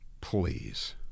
Please